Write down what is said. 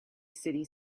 city